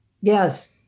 Yes